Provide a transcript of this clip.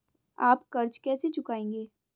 आप कर्ज कैसे चुकाएंगे?